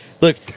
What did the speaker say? Look